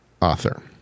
author